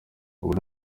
ubu